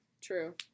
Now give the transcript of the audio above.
True